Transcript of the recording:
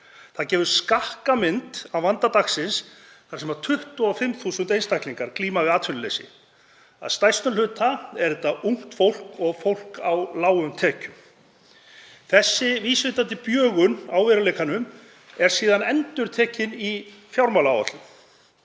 Það gefur skakka mynd af vanda dagsins þar sem 25.000 einstaklingar glíma við atvinnuleysi. Að stærstum hluta er þetta ungt fólk og fólk á lágum tekjum. Þessi vísvitandi bjögun á veruleikanum er síðan endurtekin í fjármálaáætlun.